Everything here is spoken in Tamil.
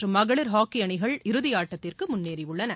மற்றும் மகளில் ஹாக்கி அணிகள் இறுதியாட்டத்திற்கு முன்னேறியுள்ளன